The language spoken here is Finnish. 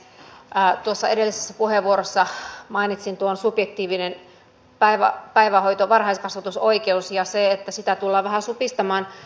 tuossa edellisessä puheenvuorossani mainitsin tuon subjektiivisen varhaiskasvatusoikeuden ja sen että sitä tullaan vähän supistamaan